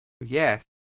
Yes